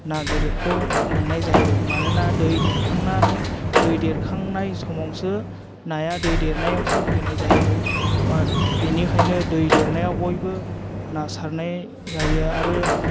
ना गिदिरखौ मोननाय जायो मानोना दै देरखांनानै दै देरखांनाय समावसो नाया दै देरनायावसो फैनाय जायो मान बिनिखायनो दै देरनायाव बयबो ना सारनाय जायो आरो